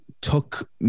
took